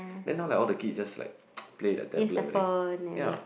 then now like all the kids is just like play with their tablet I think ya